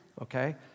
okay